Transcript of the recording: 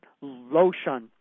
lotion